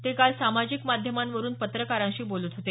ते काल सामाजिक माध्यमांवरून पत्रकारांशी बोलत होते